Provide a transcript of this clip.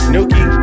Nuki